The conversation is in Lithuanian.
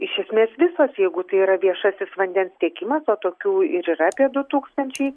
iš esmės visos jeigu tai yra viešasis vandens tiekimas o tokių ir yra apie du tūkstančiai